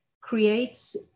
creates